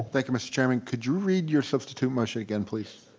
thank you mr. chairman, could you read your substitute motion again please?